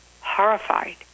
horrified